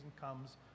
comes